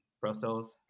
Brussels